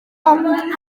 ond